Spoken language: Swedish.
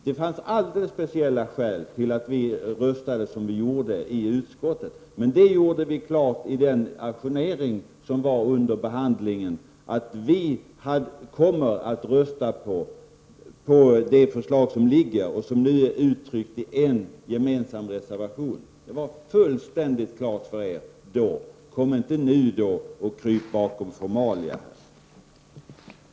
Det finns alldeles speciella skäl till att vi röstade som vi gjorde i utskottet. Men vi gjorde under ajourneringen av frågans behandling klart att vi skulle komma att rösta på det förslag som föreligger och som nu uttryckts i en gemensam reservation. Det gjordes fullständigt klart för er då. Kom inte nu och kryp bakom formalia.